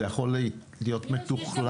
זה יכול להיות מתוכלל.